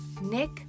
Nick